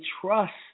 trust